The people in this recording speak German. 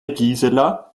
gisela